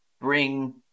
Bring